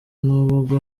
nubwo